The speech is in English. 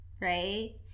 right